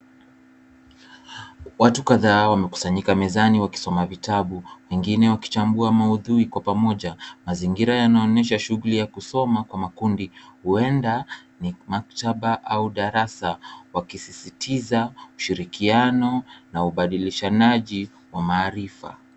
Watu kadhaa wamekusanyika mezani wakisoma vitabu wengine wakichambua maudhui kwa pamoja. Mazingira yanaonyesha shughuli ya kusoma kwa makundi huenda ni maktaba au darasa wakisisitiza ushirikiano na ubadilishanaji wa maarifa.